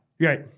Right